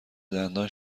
دندان